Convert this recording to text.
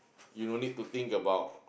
you no need think about